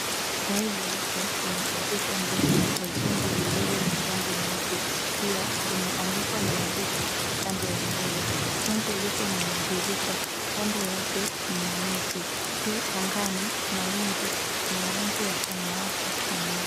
Gari leupe limeegeshwa mbele ya jengo lililo na rangi nyeupe pia imeandikwa maandishi upande wa mbele. Jengo liko na madirisha kando yake mna miti. Juu angani kuna mawingu yenye rangi ya samawati na meupe.